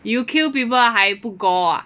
you kill people 还不 gore ah